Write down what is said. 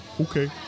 Okay